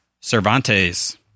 Cervantes